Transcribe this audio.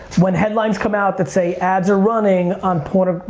when headlines come out that say ads are running on porno,